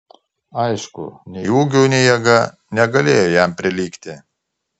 aišku nei ūgiu nei jėga negalėjo jam prilygti